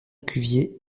cuvier